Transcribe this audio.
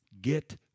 get